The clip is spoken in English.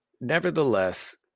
nevertheless